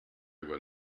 were